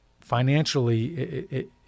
Financially